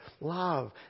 Love